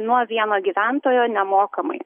nuo vieno gyventojo nemokamai